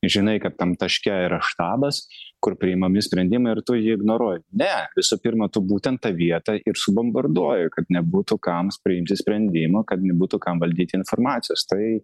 žinai kad tam taške yra štabas kur priimami sprendimai ir tu jį ignoruoji ne visų pirma tu būtent tą vietą ir subombarduoji kad nebūtų kam priimti sprendimą kad nebūtų kam valdyti informacijos tai